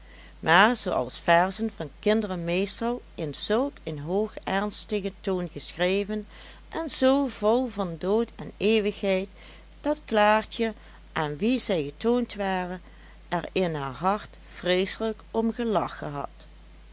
maar zooals verzen van kinderen meestal in zulk een hoog ernstigen toon geschreven en zoo vol van dood en eeuwigheid dat klaartje aan wie zij getoond waren er in haar hart vreeselijk om gelachen had